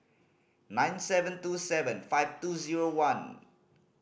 nine seven two seven five two zero one